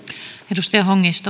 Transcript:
arvoisa rouva puhemies